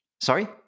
Sorry